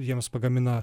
jiems pagamina